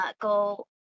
go